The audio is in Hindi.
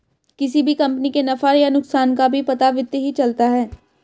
किसी भी कम्पनी के नफ़ा या नुकसान का भी पता वित्त ही चलता है